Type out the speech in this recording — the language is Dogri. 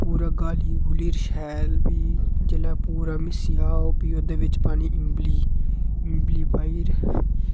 पूरा गाली गूलियै शैल प्ही जेल्लै पूरा म्हीसी जाह्ग प्ही ओह् प्ओहीह्दे बिच पानी इम्बली इम्बली पाई